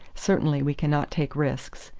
certainly we cannot take risks.